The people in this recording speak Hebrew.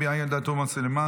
עאידה תומא סלימאן,